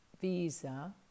visa